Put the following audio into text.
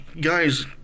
guys